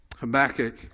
Habakkuk